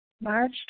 March